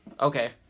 Okay